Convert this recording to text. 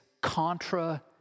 contra-